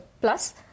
plus